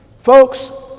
Folks